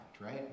right